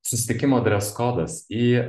susitikimo dres kodas į